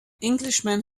englishman